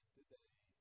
today